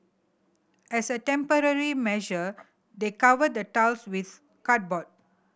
as a temporary measure they covered the tiles with cardboard